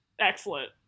excellent